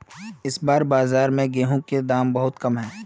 इस बार बाजार में गेंहू के दाम बहुत कम है?